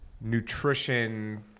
nutrition